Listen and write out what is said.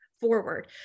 forward